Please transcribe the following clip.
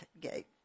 gate